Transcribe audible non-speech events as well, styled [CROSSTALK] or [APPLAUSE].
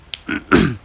[COUGHS]